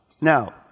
Now